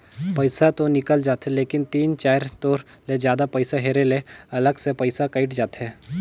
पइसा तो निकल जाथे लेकिन तीन चाएर तोर ले जादा पइसा हेरे ले अलग से पइसा कइट जाथे